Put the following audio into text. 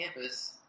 campus